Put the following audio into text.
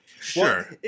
Sure